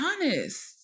honest